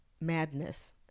madness